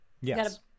Yes